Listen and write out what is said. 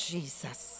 Jesus